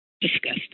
Disgusting